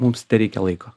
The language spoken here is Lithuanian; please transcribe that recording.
mums tereikia laiko